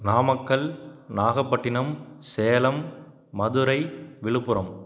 Namakkal Nagapattinam Salem Madurai Villupuram